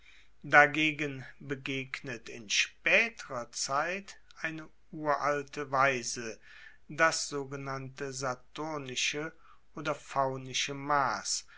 dagegen begegnet in spaeterer zeit eine uralte weise das sogenannte saturnische oder faunische mass